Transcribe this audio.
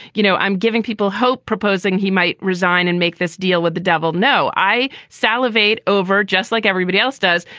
you know, i'm giving people hope, proposing he might resign and make this deal with the devil. no, i salivate over just like everybody else does,